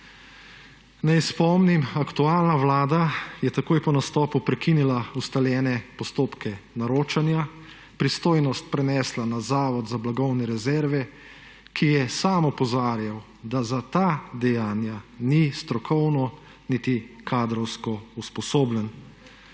Naj spomnim, aktualna vlada je takoj po nastopu prekinila ustaljene postopke naročanja, pristojnost prenesla na Zavod za blagovne rezerve, ki je sam opozarjal, da za ta dejanja ni strokovno niti kadrovsko usposobljen.